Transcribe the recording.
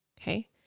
Okay